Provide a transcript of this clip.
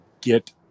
get